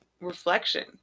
reflection